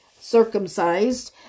circumcised